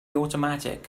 automatic